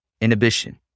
inhibition